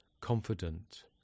confident